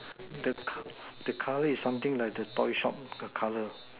the co the colour is something like the toy shop the colour